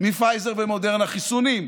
מפייזר ומודרנה חיסונים.